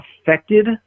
affected